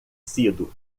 sido